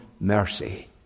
mercy